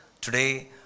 Today